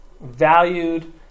valued